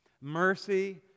mercy